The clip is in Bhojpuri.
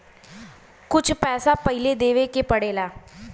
कुछ पैसा पहिले देवे के पड़ेला